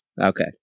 Okay